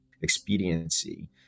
expediency